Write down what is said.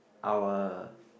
our